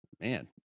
man